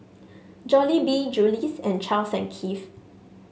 Jollibee Julie's and Charles and Keith